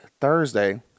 Thursday